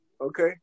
Okay